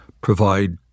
provide